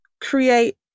create